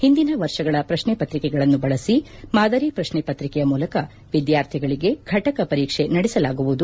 ಹಿಂದಿನ ವರ್ಷಗಳ ಪ್ರಶ್ನೆ ಪತ್ರಿಕೆಗಳನ್ನು ಬಳಸಿ ಮಾದರಿ ಪ್ರಶ್ನೆ ಪತ್ರಿಕೆಯ ಮೂಲಕ ವಿದ್ಯಾರ್ಥಿಗಳಗೆ ಘಟಕ ಪರೀಕ್ಷೆ ನಡೆಸಲಾಗುವುದು